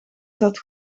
zat